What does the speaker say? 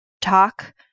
talk